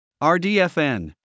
RDFN